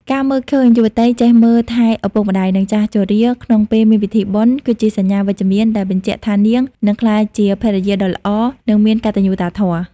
ការមើលឃើញយុវតីចេះមើលថែឪពុកម្ដាយ និងចាស់ជរាក្នុងពេលមានពិធីបុណ្យ គឺជាសញ្ញាវិជ្ជមានដែលបញ្ជាក់ថានាងនឹងក្លាយជាភរិយាដ៏ល្អ និងមានកតញ្ញូតាធម៌។